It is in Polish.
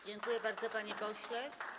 Dziękuję bardzo, panie pośle.